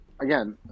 Again